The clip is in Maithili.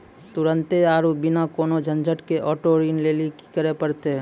तुरन्ते आरु बिना कोनो झंझट के आटो ऋण लेली कि करै पड़तै?